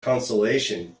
consolation